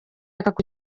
bashaka